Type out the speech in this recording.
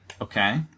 Okay